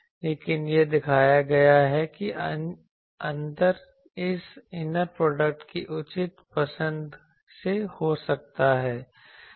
लेकिन यह दिखाया गया है कि अंतर इस इनर प्रोडक्ट की उचित पसंद से हो सकता है